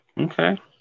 Okay